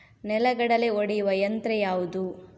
ನೆಲಗಡಲೆ ಒಡೆಯುವ ಯಂತ್ರ ಯಾವುದು?